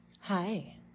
Hi